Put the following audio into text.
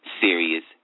serious